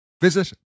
Visit